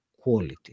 quality